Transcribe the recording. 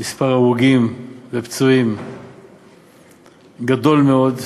עם מספר הרוגים ופצועים גדול מאוד,